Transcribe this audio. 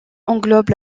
englobe